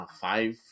five